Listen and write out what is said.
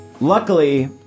Luckily